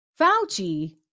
Fauci